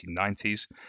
1990s